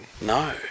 no